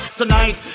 tonight